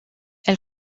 elle